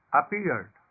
appeared